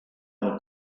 del